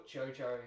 Jojo